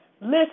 Listen